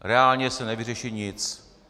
Reálně se nevyřeší nic.